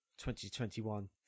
2021